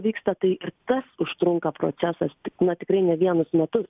vyksta tai ir tas užtrunka procesas tik na tikrai ne vienus metus